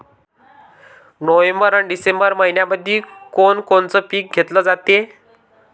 November अन December मइन्यामंधी कोण कोनचं पीक घेतलं जाते?